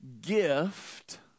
gift